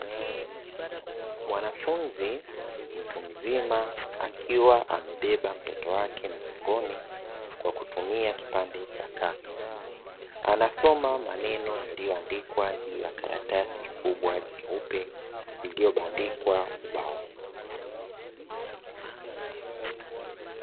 Mwanafunzi mtu mzima, akiwa amebeba mtoto wake mgongoni kwa kutumia kipande cha kanga, anasoma maneno yaliyoandikwa juu ya karatasi kubwa jeupe iliyobandikwa ubaoni.